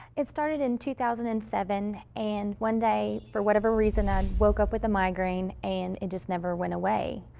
it started in two thousand and seven, and one day, for whatever reason, i and woke up with a migraine and it just never went away.